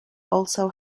also